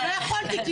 לא יכולתי,